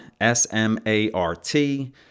S-M-A-R-T